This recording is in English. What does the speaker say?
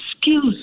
skills